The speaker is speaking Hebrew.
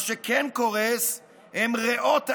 מה שכן קורס הן ריאות האזרחים.